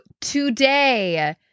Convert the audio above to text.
today